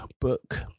book